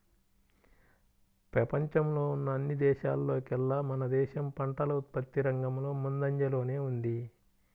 పెపంచంలో ఉన్న అన్ని దేశాల్లోకేల్లా మన దేశం పంటల ఉత్పత్తి రంగంలో ముందంజలోనే ఉంది